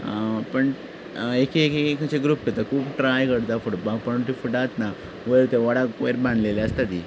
पूण एक एक अशे ग्रूप करता खूब ट्राय करता फुटपाक पूण ती फूटच ना वयर ते वडाक वयर बांदलेली आसता ती